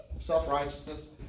self-righteousness